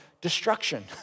destruction